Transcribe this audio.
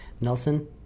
Nelson